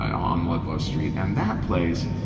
on ludlow street, and that place,